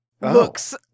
Looks